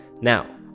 Now